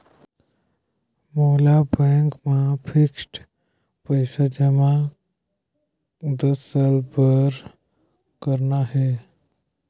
मोला बैंक मा फिक्स्ड पइसा जमा दस साल बार करना हे?